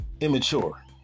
immature